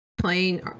playing